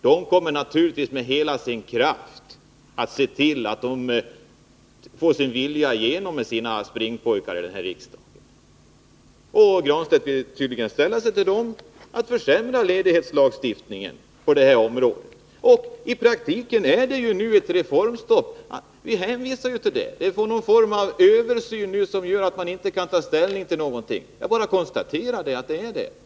SAF kommer naturligtvis med hela sin kraft att se till att få sin vilja igenom — det sörjer dess springpojkar här i riksdagen för. Pär Granstedt vill tydligen ställa sig till dem; han vill försämra ledighetslagstiftningen. I praktiken råder det nu reformstopp — ni hänvisar ju till det! Vi får nu en översyn som gör att man inte kan ta ställning till några nya förslag. Jag bara Nr 36 konstaterar detta.